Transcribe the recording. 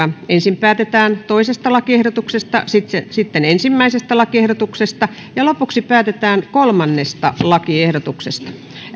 ensin päätetään toisesta lakiehdotuksesta sitten ensimmäisestä lakiehdotuksesta ja lopuksi päätetään kolmannesta lakiehdotuksesta